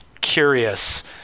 curious